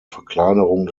verkleinerung